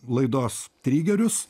laidos trigerius